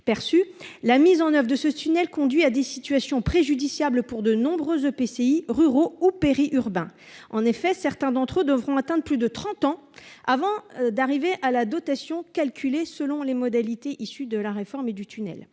perçu la mise en oeuvre de ce tunnel conduit à des situations préjudiciables pour de nombreuses EPCI ruraux ou périurbains, en effet, certains d'entre eux devront atteindre plus de 30 ans avant d'arriver à la dotation calculée selon les modalités, issu de la réforme et du tunnel,